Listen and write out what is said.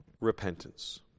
repentance